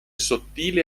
sottile